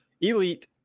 Elite